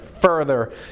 further